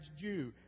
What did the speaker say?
Jew